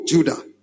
Judah